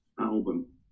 album